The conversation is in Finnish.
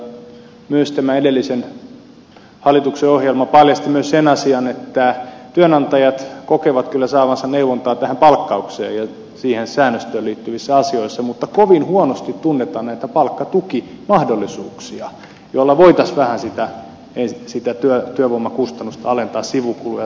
myös tämän edellisen hallituksen ohjelma paljasti sen asian että työnantajat kokevat kyllä saavansa neuvontaa palkkaukseen ja sen säännöstöön liittyvissä asioissa mutta kovin huonosti tunnetaan näitä palkkatukimahdollisuuksia joilla voitaisiin vähän sitä työvoimakustannusta alentaa sivukuluja tai muita